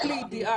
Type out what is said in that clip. זה רק לידיעה.